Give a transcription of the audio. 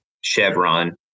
Chevron